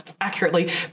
accurately